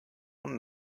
und